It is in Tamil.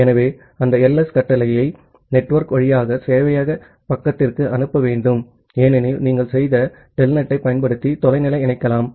ஆகவே அந்த ls கமாண்ட்யை நெட்வொர்க் வழியாக சேவையக பக்கத்திற்கு அனுப்ப வேண்டும் ஏனெனில் நீங்கள் செய்த டெல்நெட்டைப் பயன்படுத்தி தொலைநிலை இணைக்கலாம்